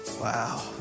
Wow